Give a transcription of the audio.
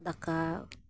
ᱫᱟᱠᱟ